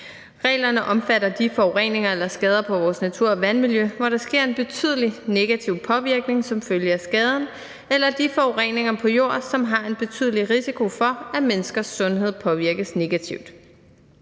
Reglerne omfatter de forureninger eller skader på vores natur og vandmiljø, hvor der sker en betydelig negativ påvirkning som følge af skaderne, og de forureninger på jord, som indebærer en betydelig risiko for, at menneskers sundhed påvirkes negativt.